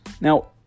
Now